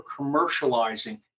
commercializing